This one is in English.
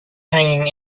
hanging